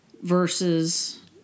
versus